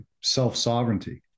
self-sovereignty